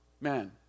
Man